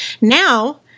now